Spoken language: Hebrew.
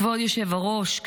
כבוד היושב-ראש,